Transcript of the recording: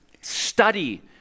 study